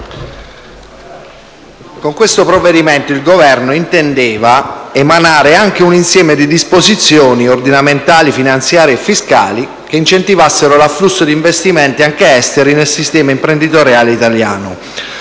con questo provvedimento il Governo intendeva emanare anche un insieme di disposizioni - ordinamentali, finanziarie e fiscali - che incentivassero l'afflusso di investimenti, anche esteri, nel sistema imprenditoriale italiano.